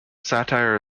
satire